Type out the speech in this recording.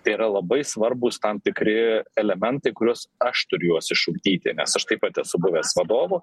tai yra labai svarbūs tam tikri elementai kuriuos aš turiu juos išugdyti nes aš taip pat esu buvęs vadovu